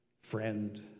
friend